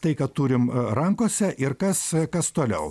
tai ką turim rankose ir kas kas toliau